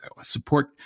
support